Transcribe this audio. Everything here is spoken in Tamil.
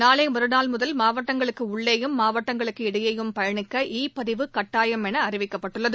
நாளை மறுநாள் முதல் மாவட்டங்களுக்கு உள்ளேயும் மாவட்டங்களுக்கு இடையேயும் பயணிக்க இ பதிவு கட்டாயம் என அறிவிக்கப்பட்டுள்ளது